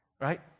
Right